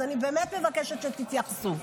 אז אני באמת מבקשת שתתייחסו.